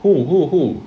who who who